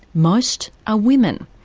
most are women.